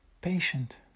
patient